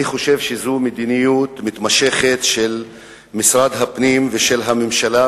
אני חושב שזו מדיניות מתמשכת של משרד הפנים ושל הממשלה,